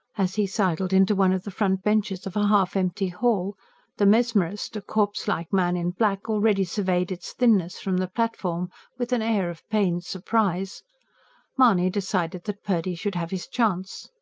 as he sidled into one of the front benches of a half-empty hall the mesmerist, a corpse-like man in black, already surveyed its thinness from the platform with an air of pained surprise mahony decided that purdy should have his chance.